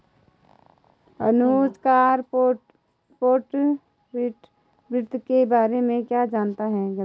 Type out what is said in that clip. अनुज corporate वित्त के बारे में क्या जानता है?